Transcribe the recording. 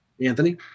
Anthony